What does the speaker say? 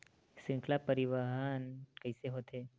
श्रृंखला परिवाहन कइसे होथे?